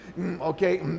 okay